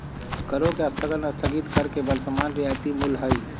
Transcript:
करों के स्थगन स्थगित कर के वर्तमान रियायती मूल्य हइ